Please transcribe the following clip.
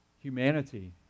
humanity